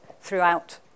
throughout